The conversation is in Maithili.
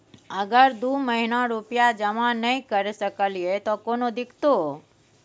अगर दू महीना रुपिया जमा नय करे सकलियै त कोनो दिक्कतों?